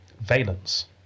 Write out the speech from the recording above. Valence